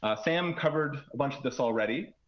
ah sam covered a bunch of this already